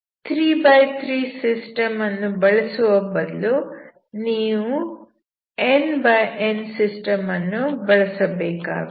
33 system ಅನ್ನು ಬಳಸುವ ಬದಲು ನೀವು nn ಸಿಸ್ಟಮ್ ಅನ್ನು ಬಳಸಬೇಕಾಗುತ್ತದೆ